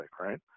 right